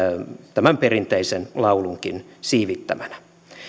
tämän perinteisen laulunkin siivittämänä